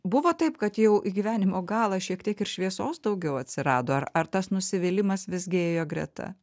buvo taip kad jau į gyvenimo galą šiek tiek ir šviesos daugiau atsirado ar ar tas nusivylimas visgi ėjo greta